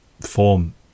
form